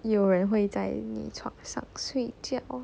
有人会在你床上睡觉